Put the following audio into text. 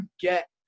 get